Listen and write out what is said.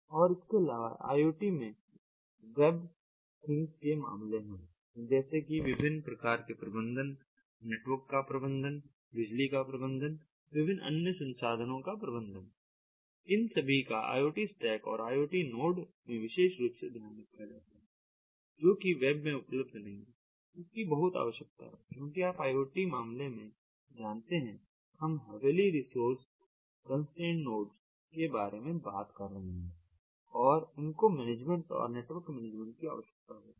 और इसके अलावा IoT में वेब थिंग्स के मामले में जैसे कि विभिन्न प्रकार के प्रबंधन नेटवर्क का प्रबंधन बिजली का प्रबंधन विभिन्न अन्य संसाधनों का प्रबंधन इन सभी का IoT स्टैक में और IoT नोड में विशेष रुप से ध्यान रखा जाता है जोकि वेब में उपलब्ध नहीं है और इसकी बहुत आवश्यकता है क्योंकि आप IoT के मामले में जानते हैं हम हैविली रिसोर्स कंस्ट्रेंट नोड्स के बारे में बात कर रहे हैं और इनको मैनेजमेंट और नेटवर्क मैनेजमेंट की आवश्यकता होती है